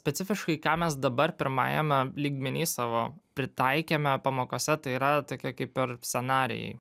specifiškai ką mes dabar pirmajame lygmeny savo pritaikėme pamokose tai yra tokie kaip ir scenarijai